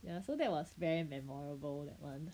ya so that was very memorable that one